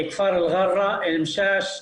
כפר אל-ררה, אל-משש,